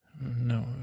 No